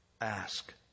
ask